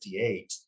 1958